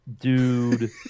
dude